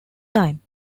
time